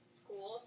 school